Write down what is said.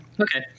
okay